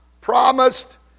promised